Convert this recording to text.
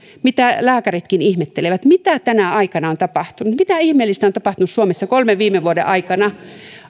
mitä lääkäritkin ihmettelevät mitä tänä aikana on tapahtunut mitä ihmeellistä on tapahtunut suomessa kolmen viime vuoden aikana